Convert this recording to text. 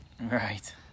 Right